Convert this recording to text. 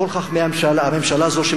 כל חכמי הממשלה הזאת,